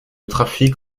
trafic